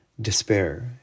despair